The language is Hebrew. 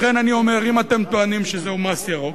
לכן אני אומר, אם אתם טוענים שזהו מס ירוק,